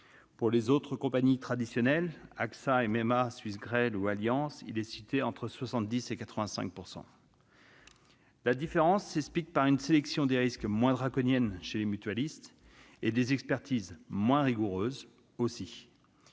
Pour les autres compagnies- AXA, MMA, Suisse Grêle ou Allianz -, il est situé entre 70 % et 85 %. Cette différence s'explique par une sélection des risques moins draconienne chez les mutualistes, et par des expertises moins rigoureuses.